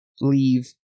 leave